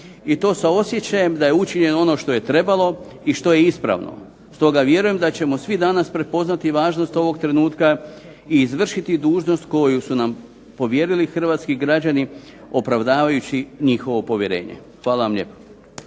i to sa osjećajem da je učinjeno ono što je trebalo i što je ispravno. Stoga vjerujem a ćemo svi danas prepoznati važnost ovog trenutka i izvršiti dužnost koju su nam povjerili hrvatski građani opravdavajući njihovo povjerenje. Hvala vam lijepo.